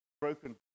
Broken